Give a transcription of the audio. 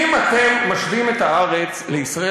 אני אומר שאם אתם משווים את "הארץ" ל"ישראל